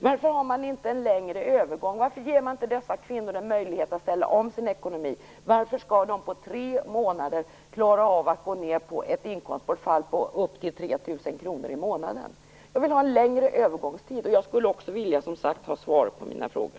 Varför har man inte en längre övergångstid? Varför ger man inte de kvinnor som det gäller en möjlighet att ställa om sin ekonomi? Varför skall de på tre månader klara att få ett inkomstbortfall om upp till 3 000 kr i månaden? Jag vill att det blir en längre övergångstid. Jag skulle vilja få svar på mina frågor.